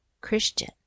Christian